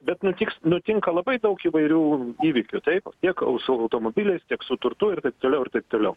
bet nutiks nutinka labai daug įvairių įvykių taip tiek su automobiliais tiek su turtu ir taip toliau ir taip toliau